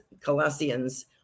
Colossians